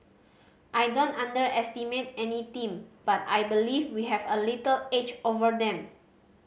I don't underestimate any team but I believe we have a little edge over them